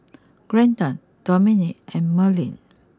Glendon Domenic and Merlyn